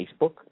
Facebook